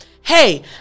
Hey